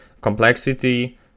complexity